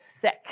sick